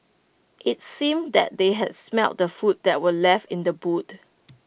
IT seemed that they had smelt the food that were left in the boot